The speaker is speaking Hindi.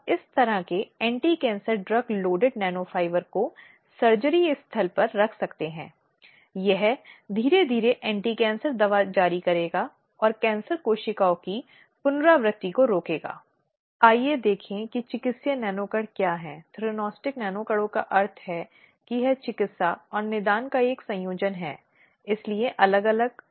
इसलिए जांच के संदर्भ में यह पता लगाना आवश्यक है कि पक्षों से आवश्यक जानकारी प्राप्त करने के लिए पक्षों से आवश्यक सबूत या दस्तावेज आदि प्राप्त किए जाएं और फिर उन्हें उन आरोपों की सच्चाई और झूठ का निर्धारण करना होगा जो जांच के माध्यम से किए गए हैं